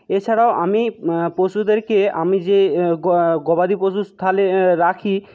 এছাড়াও আমি পশুদেরকে আমি যে গবাদি পশুর স্থলে রাখি